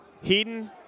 Heaton